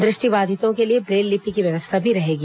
दृष्टिबाधितों के लिए ब्रेललिपि की व्यवस्था भी रहेगी